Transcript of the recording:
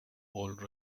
older